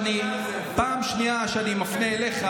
פעם שנייה שאני מפנה אליך,